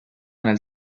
nel